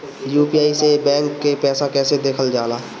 UPI से bank के पैसा कैसे देखल जाला?